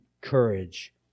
courage